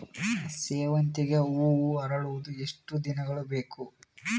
ಸೇವಂತಿಗೆ ಹೂವು ಅರಳುವುದು ಎಷ್ಟು ದಿನಗಳು ಬೇಕು?